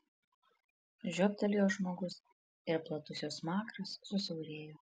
žiobtelėjo žmogus ir platus jo smakras susiaurėjo